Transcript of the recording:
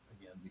again